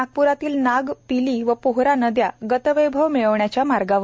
नागप्रातील नाग पिली व पोहरा नद्या गतवैभव मिळवविण्याच्या मार्गावर